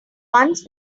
once